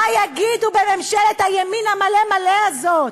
מה יגידו בממשלת הימין המלא מלא הזאת?